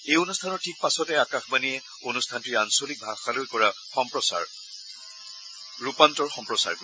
এই অনুষ্ঠানৰ ঠিক পাছতে আকাশবাণীয়ে অনুষ্ঠানটিৰ আঞ্চলিক ভাষালৈ কৰা ৰূপান্তৰ সম্প্ৰচাৰ কৰিব